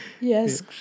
Yes